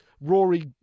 Rory